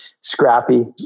scrappy